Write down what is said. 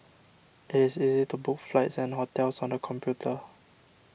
it is easy to book flights and hotels on the computer